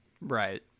Right